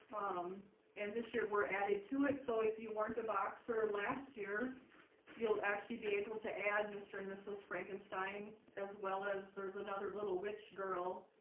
um and this year were added to it. so if you weren't a boxer last year you'll actually be able to add mr. and mrs. frankenstein as well as there's another little witch girl